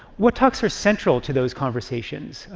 what talks are central to those conversations?